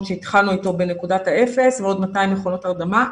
שהתחלנו איתו בנקודת האפס ועוד 200 מכונות הרדמה.